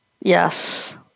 Yes